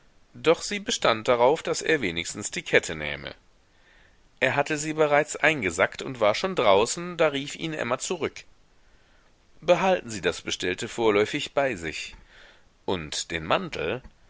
doch sie bestand darauf daß er wenigstens die kette nähme er hatte sie bereits eingesackt und war schon draußen da rief ihn emma zurück behalten sie das bestellte vorläufig bei sich und den mantel